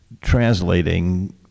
translating